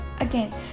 again